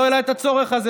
אתה צודק.